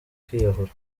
kwiyahura